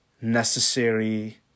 necessary